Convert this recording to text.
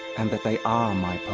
and that they are my